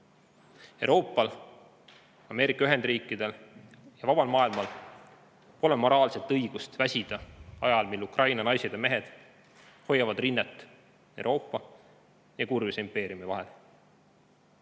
Euroopal, Ameerika Ühendriikidel ja vabal maailmal pole moraalset õigust väsida ajal, mil Ukraina naised ja mehed hoiavad rinnet Euroopa ja kurjuse impeeriumi